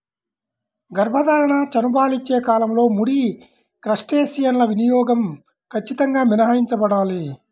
గర్భధారణ, చనుబాలిచ్చే కాలంలో ముడి క్రస్టేసియన్ల వినియోగం ఖచ్చితంగా మినహాయించబడాలి